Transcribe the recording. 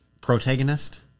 protagonist